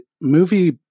movie